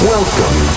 Welcome